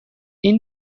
این